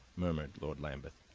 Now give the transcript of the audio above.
murmured lord lambeth.